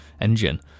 engine